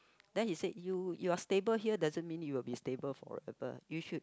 then he said you you are stable here doesn't mean you will be stable forever you should